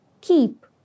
Keep